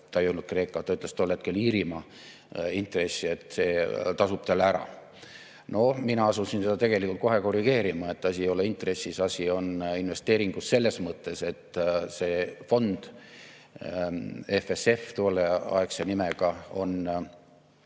ta ei öelnud küll "Kreeka", ta ütles tol hetkel "Iirimaa" – intressi ja et see tasub talle ära. No mina asusin seda tegelikult kohe korrigeerima, et asi ei ole intressis, asi on investeeringus, selles mõttes, et see fond, tolleaegse nimega EFSF,